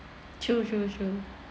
true true true